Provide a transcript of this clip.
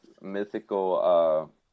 mythical